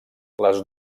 les